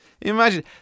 Imagine